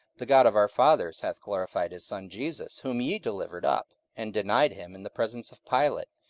the god of our fathers, hath glorified his son jesus whom ye delivered up, and denied him in the presence of pilate,